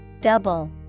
Double